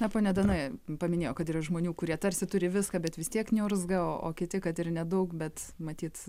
na ponia dana paminėjo kad yra žmonių kurie tarsi turi viską bet vis tiek niurzga o kiti kad ir nedaug bet matyt